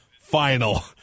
final